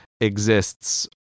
exists